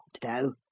though